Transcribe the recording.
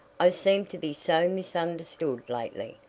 i seem to be so misunderstood lately.